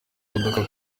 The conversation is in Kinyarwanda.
modoka